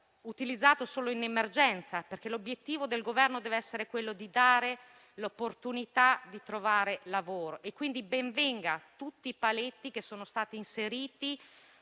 utilizzato solo in emergenza, perché l'obiettivo del Governo dev'essere quello di dare l'opportunità di trovare lavoro. Ben vengano quindi tutti i paletti che sono stati inseriti